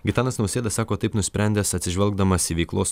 gitanas nausėda sako taip nusprendęs atsižvelgdamas į veiklos